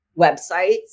websites